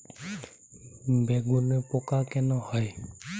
বেগুনে পোকা কেন হয়?